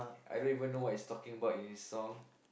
I don't even know what's he talking about in his song